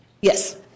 Yes